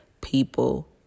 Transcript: people